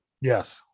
Yes